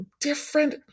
different